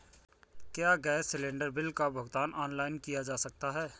क्या gas cylinder bill का भुगतान ऑनलाइन किया जा सकता है?